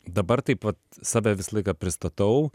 dabar taip vat save visą laiką pristatau